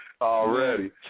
Already